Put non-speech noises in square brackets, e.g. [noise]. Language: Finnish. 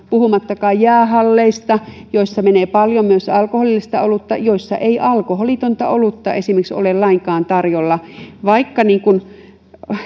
[unintelligible] puhumattakaan jäähalleista joissa menee paljon myös alkoholillista olutta joissa ei alkoholitonta esimerkiksi olutta ole lainkaan tarjolla vaikka